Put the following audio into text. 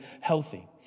healthy